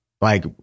like-